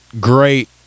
great